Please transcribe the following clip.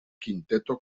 quinteto